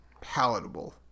palatable